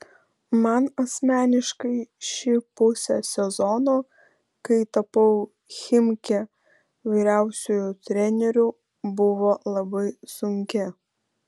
man asmeniškai ši pusė sezono kai tapau chimki vyriausiuoju treneriu buvo labai sunki